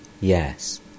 Yes